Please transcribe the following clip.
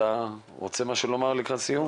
אתה רוצה לומר משהו לקראת סיום?